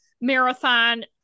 marathon